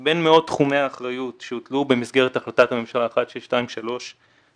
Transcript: בין מאות תחומי האחריות שהוטלו במסגרת החלטת הממשלה 1623 לא